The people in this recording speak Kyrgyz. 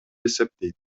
эсептейт